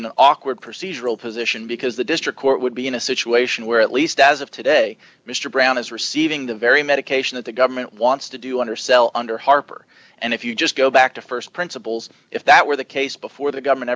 an awkward procedural position because the district court would be in a situation where at least as of today mr brown is receiving the very medication that the government wants to do undersell under harper and if you just go back to st principles if that were the case before the government